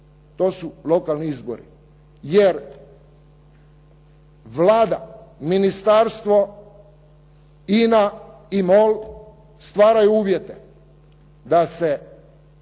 to su lokalni izbori jer Vlada, ministarstvo, INA i MOL stvaraju uvjete da se